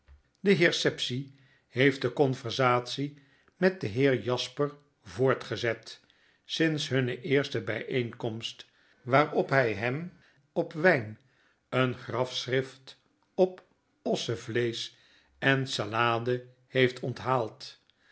de heer sapsea heeft de conversatie met den heer jasper voortgezet sinds hunne eerste byeenkomst waarop hy hem op wyn een grafschrift op ossevleesch en salade heeft onthaald